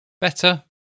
better